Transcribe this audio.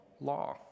law